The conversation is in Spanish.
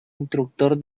instructor